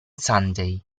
sunday